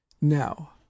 now